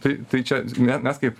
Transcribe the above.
tai tai čia me mes kaip